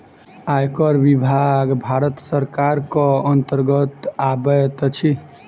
आयकर विभाग भारत सरकारक अन्तर्गत अबैत अछि